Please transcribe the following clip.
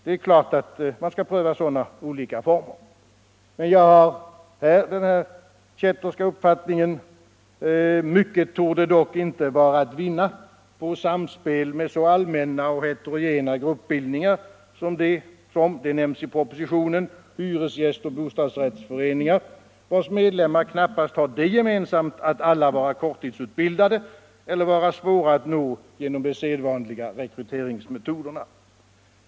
Det är klart att man skall pröva sådana olika former, men jag när den kätterska uppfattningen att mycket dock icke torde vara att vinna på samspel med så allmänna och heterogena gruppbildningar som — de nämns i propositionen — hyresgästoch bostadsrättsföreningar, vars medlemmar knappast har det gemensamt att alla vara korttidsutbildade eller vara svåra att nå genom de sedvanliga rekryteringsmetoderna.